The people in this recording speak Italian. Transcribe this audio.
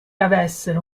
avessero